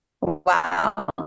wow